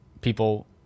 people